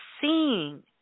seeing